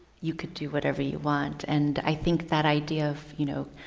you could do whatever you want. and i think that idea of, you know,